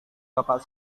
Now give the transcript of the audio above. bapak